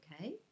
okay